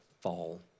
fall